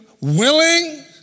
willing